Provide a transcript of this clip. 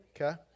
Okay